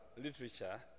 literature